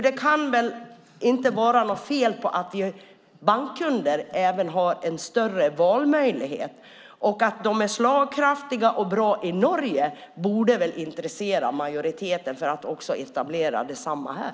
Det kan väl inte vara fel att ge bankkunder större valmöjligheter. Att sparbankerna är slagkraftiga och bra i Norge borde väl intressera majoriteten att ge en möjlighet för dem att etablera sig här.